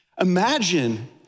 Imagine